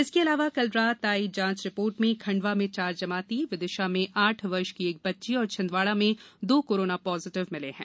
इसके अलावा कल रात आयी जांच रिपोर्ट में खंड़वा में चार जमाती विदिशा में आठ वर्ष की एक बच्ची और छिंदवाड़ा में दो कोरोना पॉजिटिव मिले हैं